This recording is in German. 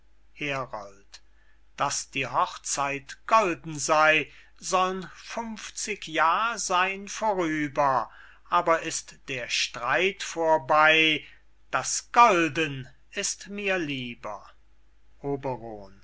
scene daß die hochzeit golden sey soll'n funfzig jahr seyn vorüber aber ist der streit vorbey das golden ist mir lieber